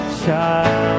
child